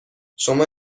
شما